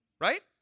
right